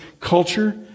culture